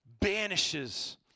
banishes